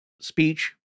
speech